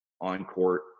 on-court